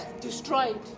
destroyed